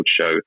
show